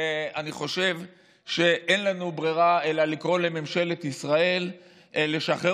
אני חושב שאין לנו ברירה אלא לקרוא לממשלת ישראל לשחרר